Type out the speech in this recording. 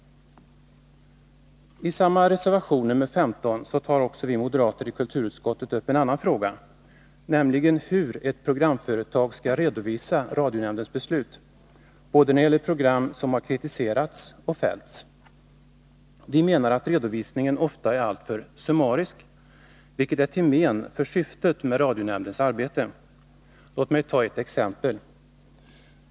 I samma reservation, nr 15, tar vi moderater i kulturutskottet också upp en annan fråga, nämligen hur ett programföretag skall redovisa radionämndens beslut när det gäller program som har kritiserats eller fällts. Vi menar att redovisningen ofta är alltför summarisk, vilket är till men för syftet med radionämndens arbete. Låt mig ta ett exempel!